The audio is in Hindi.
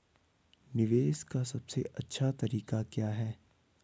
निवेश का सबसे अच्छा तरीका क्या है?